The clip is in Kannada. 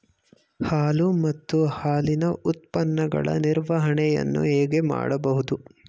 ಹಾಲು ಮತ್ತು ಹಾಲಿನ ಉತ್ಪನ್ನಗಳ ನಿರ್ವಹಣೆಯನ್ನು ಹೇಗೆ ಮಾಡಬಹುದು?